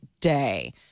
day